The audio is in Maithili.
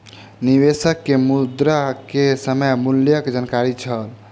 निवेशक के मुद्रा के समय मूल्यक जानकारी छल